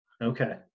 Okay